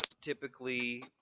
typically